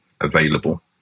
available